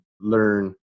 learn